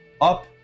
up